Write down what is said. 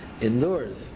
indoors